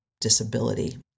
disability